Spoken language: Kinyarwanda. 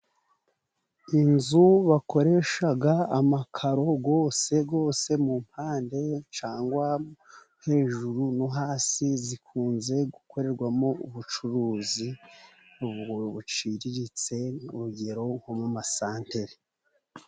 Inzu bakoresha amakaro yose yose mu mpande cyane hejuru no hasi, zikunze gukorerwamo ubucuruzi buciriritse, urugero nko mu masantere.